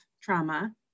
trauma